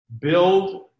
build